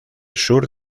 sur